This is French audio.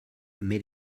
mais